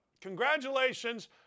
congratulations